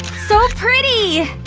so pretty!